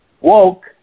Woke